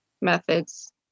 methods